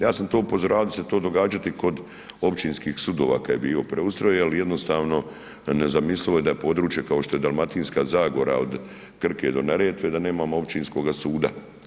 Ja sam to upozoravao da će se to događati kod općinskih sudova kad je bio preustroj, ali jednostavno nezamislivo je da područje kao što se Dalmatinska zagora od Krke do Neretve, da nemamo općinskoga suda.